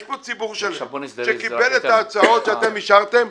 יש פה ציבור שלם שקיבל את ההצעות שאתם אישרתם,